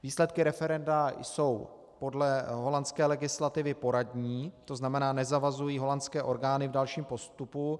Výsledky referenda jsou podle holandské legislativy poradní, tzn. nezavazují holandské orgány v dalším postupu.